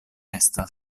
estas